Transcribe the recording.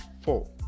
Four